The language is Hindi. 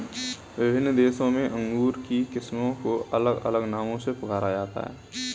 विभिन्न देशों में अंगूर की किस्मों को अलग अलग नामों से पुकारा जाता है